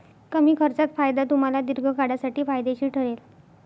कमी खर्चात फायदा तुम्हाला दीर्घकाळासाठी फायदेशीर ठरेल